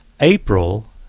April